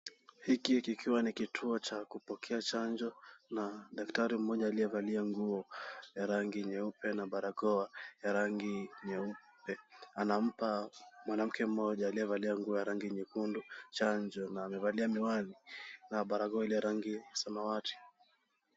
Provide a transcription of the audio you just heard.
Hiki kikiwa ni kituo cha kupokea chanjo na daktari mmoja aliyevalia nguo ya rangi nyeupe na barakoa ya rangi nyeupe anampa mwanamke mmoja aliyevalia nguo ya rangi nyekundu chanjo na amevalia miwani na barakoa ya rangi samawati.